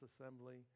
assembly